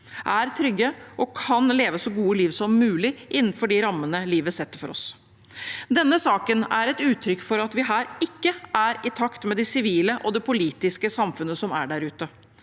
er trygge og kan leve et så godt liv som mulig innenfor de rammene livet setter for oss. Denne saken er et uttrykk for at vi her ikke er i takt med det sivile og det politiske samfunnet som er der ute.